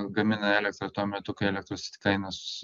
gamina elektrą tuo metu kai elektros kainos